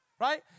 Right